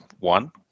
One